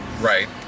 Right